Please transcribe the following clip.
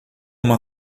uma